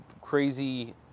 crazy